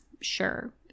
sure